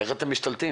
איך אתם משתלטים